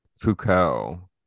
Foucault